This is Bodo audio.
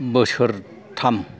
बोसोरथाम